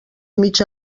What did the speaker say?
mig